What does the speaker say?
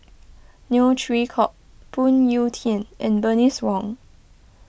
Neo Chwee Kok Phoon Yew Tien and Bernice Wong